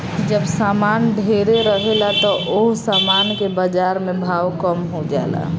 जब सामान ढेरे रहेला त ओह सामान के बाजार में भाव कम हो जाला